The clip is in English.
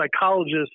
psychologist